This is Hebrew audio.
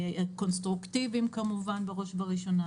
קונסטרוקטיביים כמובן בראש ובראשונה,